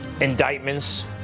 indictments